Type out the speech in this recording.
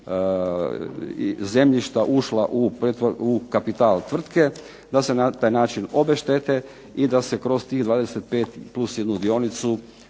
zemljišta ušla u kapital tvrtke da se na taj način obeštete i da se kroz tih 25 plus jednu dionicu